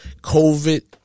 COVID